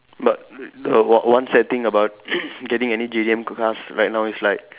but the one one sad thing about getting any J_D_M c~ cars right now is like